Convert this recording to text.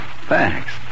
thanks